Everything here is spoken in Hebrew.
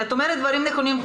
את אומרת דברים נכונים.